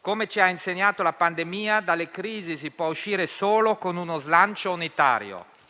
Come ci ha insegnato la pandemia, dalle crisi si può uscire solo con uno slancio unitario.